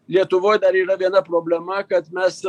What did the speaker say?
lietuvoj dar yra viena problema kad mes